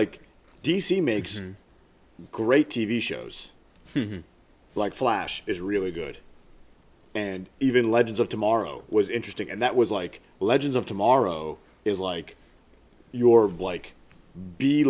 like d c makes a great t v shows like flash is really good and even legends of tomorrow was interesting and that was like legends of tomorrow is like your like be